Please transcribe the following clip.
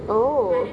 oh